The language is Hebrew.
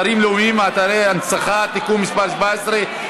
אתרים לאומיים ואתרי הנצחה (תיקון מס' 17),